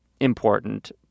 important